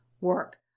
work